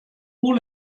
hoe